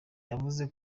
yavuze